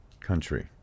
country